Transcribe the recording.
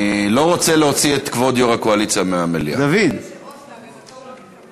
אני לא רוצה להוציא את כבוד יושב-ראש הקואליציה מהמליאה.